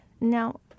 Now